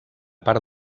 part